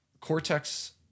Cortex